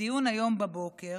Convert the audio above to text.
בדיון היום בבוקר,